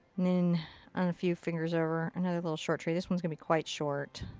then, and a few fingers over, another little short tree. this one's gonna be quite short.